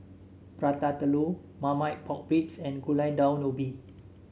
Prata Telur Marmite Pork Ribs and Gulai Daun Ubi